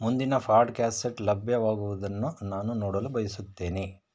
ಮುಂದಿನ ಫಾಡ್ಕ್ಯಾಸೆಟ್ ಲಭ್ಯವಾಗುವುದನ್ನು ನಾನು ನೋಡಲು ಬಯಸುತ್ತೇನೆ